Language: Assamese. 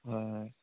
হয় হয়